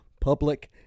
public